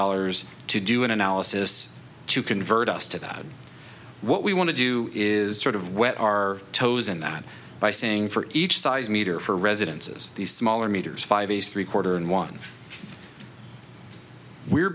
dollars to do an analysis to convert us to that what we want to do is sort of whet our toes in that by saying for each size meter for residences these smaller meters five days three quarter and one we're